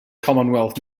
commonwealth